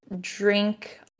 drink